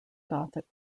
gothic